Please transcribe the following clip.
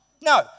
No